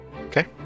Okay